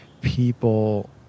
people